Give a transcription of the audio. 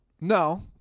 No